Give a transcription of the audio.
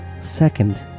Second